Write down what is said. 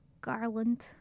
Garland